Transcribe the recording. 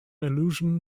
allusion